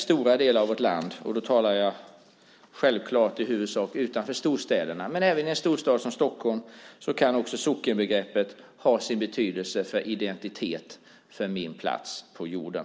Jag talar i huvudsak om områden utanför storstäderna men även i en storstad som Stockholm kan sockenbegreppet ha betydelse för min identitet och min plats på jorden.